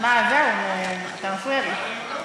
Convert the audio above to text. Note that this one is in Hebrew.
אתה מפריע לי.